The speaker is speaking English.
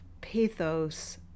pathos